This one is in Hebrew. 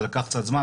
זה לקח קצת זמן,